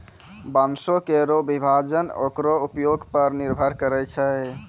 बांसों केरो विभाजन ओकरो उपयोग पर निर्भर करै छै